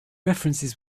references